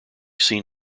seen